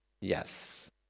yes